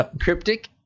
cryptic